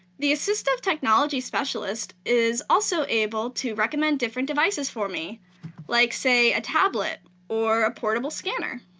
the assistive technology specialist is also able to recommend different devices for me like, say, a tablet or a portable scanner.